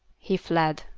he fled.